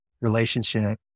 relationship